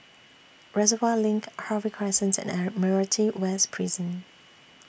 Reservoir LINK Harvey Crescent and Admiralty West Prison